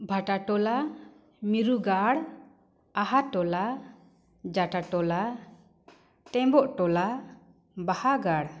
ᱵᱷᱟᱴᱟ ᱴᱚᱞᱟ ᱢᱤᱨᱩ ᱜᱟᱲ ᱟᱦᱟ ᱴᱚᱞᱟ ᱡᱟᱴᱟ ᱴᱚᱞᱟ ᱴᱮᱢᱵᱚᱜ ᱴᱚᱞᱟ ᱵᱟᱦᱟ ᱜᱟᱲ